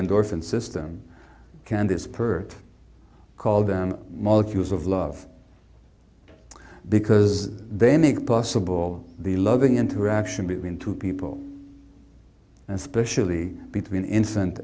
endorphin system can this per call them molecules of love because they make possible the loving interaction between two people especially between instant